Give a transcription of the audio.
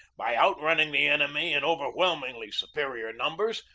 by outrunning the enemy in overwhelmingly superior numbers,